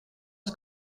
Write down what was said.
het